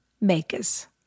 makers